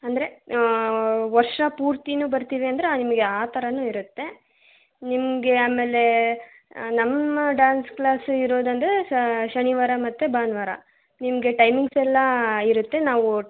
ಅಂದರೆ ವರ್ಷ ಪೂರ್ತಿನೂ ಬರ್ತೀವಿ ಅಂದರೆ ನಿಮಗೆ ಆ ಥರವೂ ಇರುತ್ತೆ ನಿಮಗೆ ಆಮೇಲೆ ನಮ್ಮ ಡಾನ್ಸ್ ಕ್ಲಾಸ್ ಇರೋದಂದರೆ ಸ ಶನಿವಾರ ಮತ್ತು ಭಾನುವಾರ ನಿಮ್ಗೆ ಟೈಮಿಂಗ್ಸೆಲ್ಲ ಇರುತ್ತೆ ನಾವು